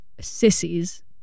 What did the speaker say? sissies